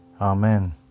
Amen